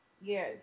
Yes